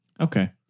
Okay